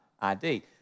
ID